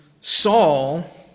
Saul